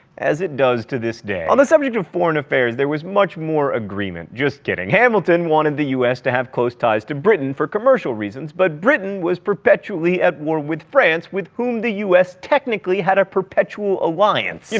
as it does to this day. on the subject of foreign affairs, there was much more agreement. just kidding. hamilton wanted the u s. to have close ties to britain for commercial reasons, but britain was perpetually at war with france, which whom the u s. technically had a perpetual alliance. you